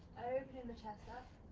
openin' the chest up.